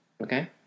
okay